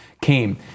came